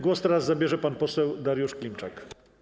Głos teraz zabierze pan poseł Dariusz Klimczak.